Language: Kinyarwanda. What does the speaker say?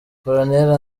koloneli